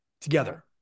together